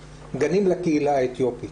גנים לקהילה האתיופית.